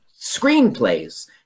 screenplays